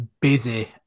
busy